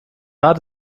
hat